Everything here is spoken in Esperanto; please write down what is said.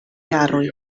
jaroj